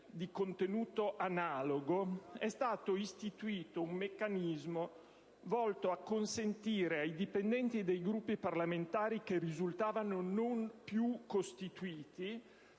di contenuto analogo, è stato istituito un meccanismo volto a consentire ai dipendenti dei Gruppi parlamentari che risultavano non più costituiti